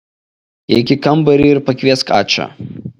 įeik į kambarį ir pakviesk ačą